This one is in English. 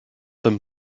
them